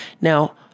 Now